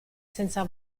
senza